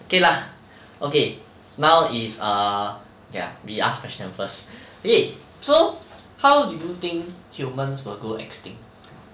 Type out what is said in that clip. K lah okay now is err wait ah we ask question first okay so how do you think humans will go extinct